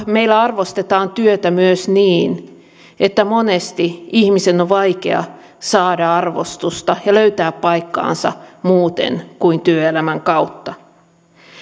meillä arvostetaan työtä myös niin että monesti ihmisen on vaikea saada arvostusta ja löytää paikkaansa muuten kuin työelämän kautta